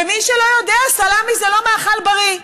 מי שלא יודע, סלמי זה לא מאכל בריא,